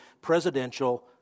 presidential